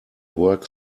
work